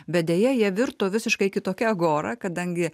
bet deja jie virto visiškai kitokia agora kadangi